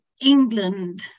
England